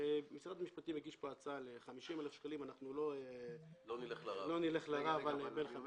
משרד המשפטים הגיש הצעה ל-50,000 שקלים ואנחנו לא נלך לרב על זה.